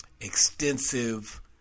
extensive